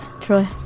Troy